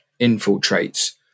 infiltrates